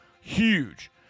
huge